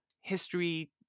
history